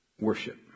worship